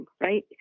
right